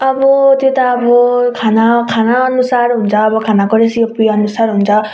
अब त्यो त अब खाना खाना अनुसार हुन्छ अब खानाको रेसिपी अनुसार हुन्छ